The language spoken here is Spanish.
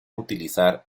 utilizar